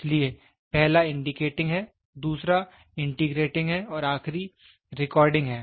इसलिए पहला इंडिकेटिंग है दूसरा इंटीग्रेटिंग है और आखिरी रिकॉर्डिंग है